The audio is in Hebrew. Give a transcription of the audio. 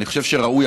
אני חושב שראוי